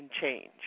change